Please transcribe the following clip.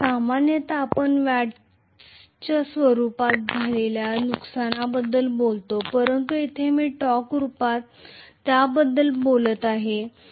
सामान्यत आपण वॅट्सच्या स्वरूपात झालेल्या नुकसानाबद्दल बोलतो परंतु येथे मी टॉर्कच्या रूपात त्याबद्दल बोलत आहे